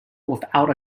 without